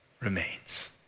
remains